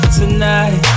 tonight